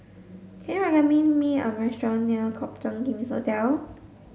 can you me a restaurant near Copthorne King's Hotel